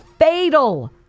fatal